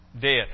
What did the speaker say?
dead